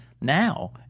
now